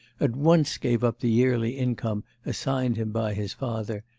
at once gave up the yearly income assigned him by his father,